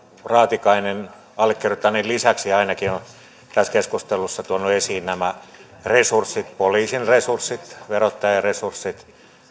raatikainen allekirjoittaneen lisäksi ainakin on tässä keskustelussa tuonut esiin nämä resurssit poliisin resurssit verottajan resurssit